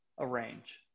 arrange